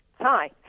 Hi